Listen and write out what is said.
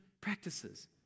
practices